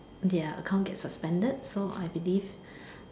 their account get suspended so I believe